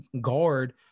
guard